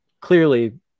clearly